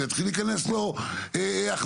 ויתחיל להיכנס לו הכנסות,